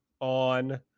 on